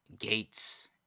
Gates